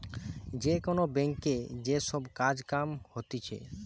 যে কোন ব্যাংকে যে সব কাজ কাম হতিছে